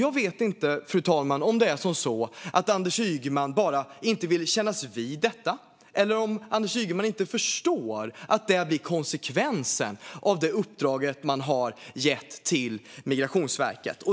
Jag vet inte om det bara är så att Anders Ygeman inte vill kännas vid detta eller om han inte förstår att detta blir konsekvensen av det uppdrag som man har gett till Migrationsverket.